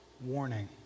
warning